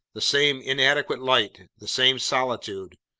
the same inadequate light, the same solitude.